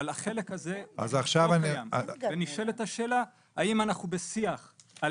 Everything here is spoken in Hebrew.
אבל החלק הזה לא קיים ונשאלת השאלה האם אנחנו בשיח על